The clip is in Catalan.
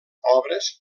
obres